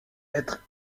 être